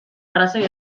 arrazoi